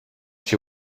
she